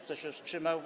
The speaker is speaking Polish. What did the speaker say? Kto się wstrzymał?